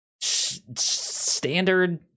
standard